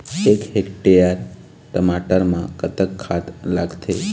एक हेक्टेयर टमाटर म कतक खाद लागथे?